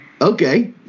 okay